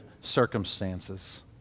circumstances